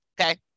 Okay